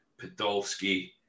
Podolski